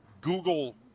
Google